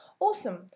awesome